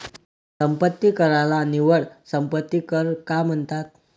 संपत्ती कराला निव्वळ संपत्ती कर का म्हणतात?